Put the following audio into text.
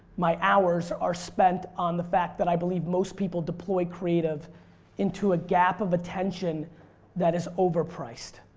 my hours are spent on the fact that i believe most people deployed creative into a gap of attention that is overpriced.